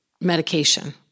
medication